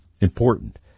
important